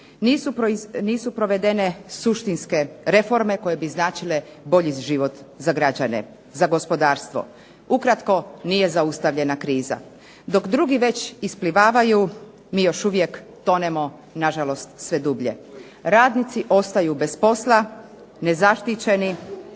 Nisu provedene suštinske reforme koje bi značile bolji život za građane, za gospodarstvo. Ukratko, nije zaustavljena kriza. Dok drugi već isplivavaju mi još uvijek tonemo na žalost sve dublje. Radnici ostaju bez posla nezaštićeni,